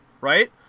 right